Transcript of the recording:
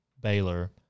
Baylor